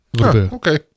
okay